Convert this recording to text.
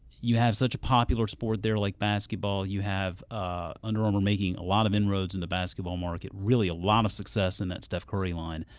you have such a popular sport there like basketball, you have ah under armour making a lot of inroads in the basketball market, really a lot of success in that steph curry line,